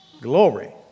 Glory